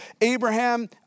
Abraham